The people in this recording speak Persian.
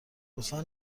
لطفا